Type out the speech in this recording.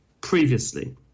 previously